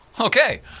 Okay